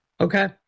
Okay